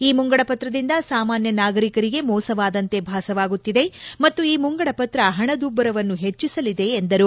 ಈ ಮುಂಗಡಪತ್ರದಿಂದ ಸಾಮಾನ್ಯ ನಾಗರಿಕರಿಗೆ ಮೋಸವಾದಂತೆ ಭಾಸವಾಗುತ್ತಿದೆ ಮತ್ತು ಈ ಮುಂಗಡಪತ್ರ ಪಣದುಬ್ಬರವನ್ನು ಪೆಚ್ಚಿಸಲಿದೆ ಎಂದರು